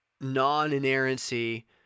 non-inerrancy